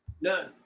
No